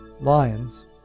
Lions